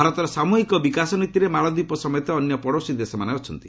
ଭାରତର ସାମୃହିକ ବିକାଶ ନୀତିରେ ମାଳଦ୍ୱୀପ ସମେତ ଅନ୍ୟ ପଡ଼ୋଶୀ ଦେଶମାନେ ଅଛନ୍ତି